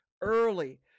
early